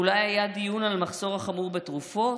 אולי היה דיון על המחסור החמור בתרופות?